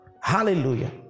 hallelujah